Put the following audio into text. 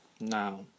Now